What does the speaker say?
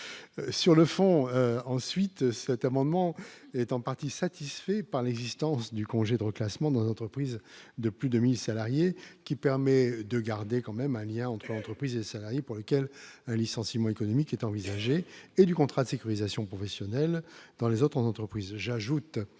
sur le fond ensuite. Ce serait amendement étant en partie satisfaits par l'existence du congé de reclassement dans l'entreprise de plus de 1000 salariés qui permet de garder quand même un lien entre entreprises et salariés pour lequel un licenciement économique est envisagée et du contrat de sécurisation professionnelle dans les autres entreprises,